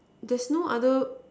there's no other